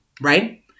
right